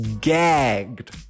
gagged